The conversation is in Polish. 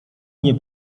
nie